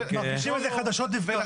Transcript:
מרגישים את זה חדשות לבקרים.